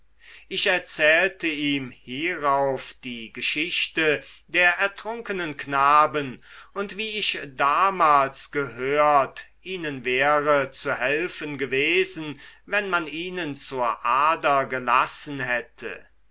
ich erzählte ihm hierauf die geschichte der ertrunkenen knaben und wie ich damals gehört ihnen wäre zu helfen gewesen wenn man ihnen zur ader gelassen hätte